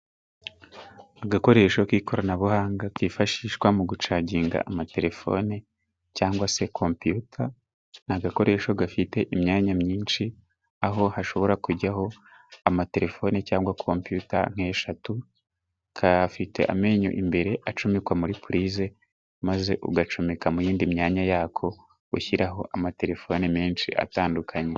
Agakoresho k'ikoranabuhanga kifashishwa mu gucaginga amatelefone cyangwa se kompyuta. Ni agakoresho gafite imyanya myinshi aho hashobora kujyaho amatelefoni cyangwa kompyuta nke shatu kayafite amenyo imbere acumikwa muri pulize maze ugacomeka mu yindi myanya yako ushyiraho amatelefoni menshi atandukanye.